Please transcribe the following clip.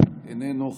איננו,